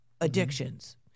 addictions